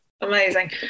Amazing